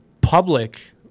public